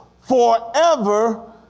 forever